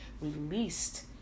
released